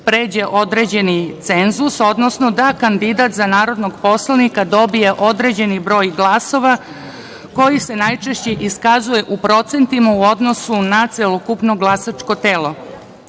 pređe određeni cenzus, odnosno da kandidat za narodnog poslanika dobije određeni broj glasova koji se najčešće iskazuje u procentima u odnosu na celokupno glasačko telo. Do